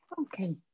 Okay